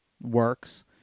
works